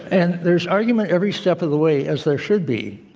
and there's argument every step of the way, as there should be.